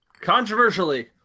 Controversially